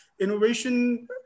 innovation